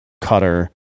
cutter